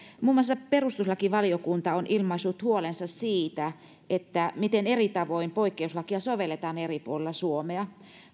muun muassa perustuslakivaliokunta on ilmaissut huolensa siitä miten eri tavoin poikkeuslakia sovelletaan eri puolilla suomea